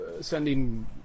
sending